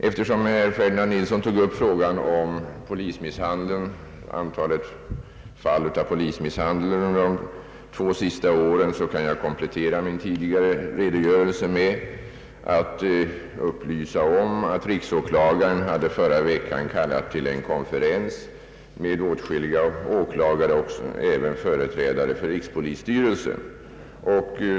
Eftersom herr Ferdinand Nilsson tog upp frågan om antalet fall av polismisshandel under de två senaste åren, kan jag komplettera min tidigare redogörelse med att upplysa om att riksåklagaren förra veckan kallade till en konferens med åtskilliga åklagare liksom företrädare för rikspolisstyrelsen.